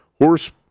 horse